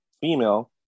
female